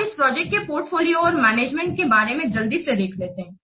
अब इस प्रॉजेक्ट के पोर्टफोलियो और मैनेजमेंट के बारे में जल्दी से देख लेते है